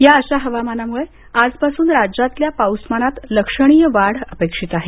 या अशा हवामानामुळे आजपासून राज्यातल्या पाऊसमानात लक्षणीय वाढ अपेक्षित आहे